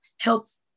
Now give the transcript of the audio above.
helps